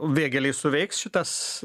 vėgėlei suveiks šitas